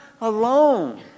alone